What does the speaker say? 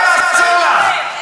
לא יעזור לךְ.